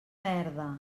merda